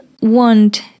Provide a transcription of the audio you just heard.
Want